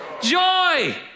joy